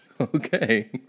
Okay